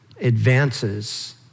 advances